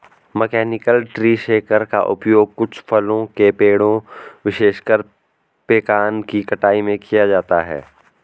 mechanical tree shaker का उपयोग कुछ फलों के पेड़ों, विशेषकर पेकान की कटाई में किया जाता है